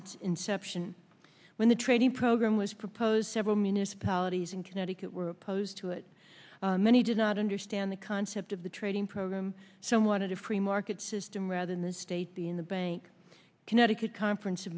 its inception when the trading program was proposed several municipalities in connecticut were opposed to it many did not understand the concept of the trading program so wanted a free market system rather than the state the in the bank connecticut conference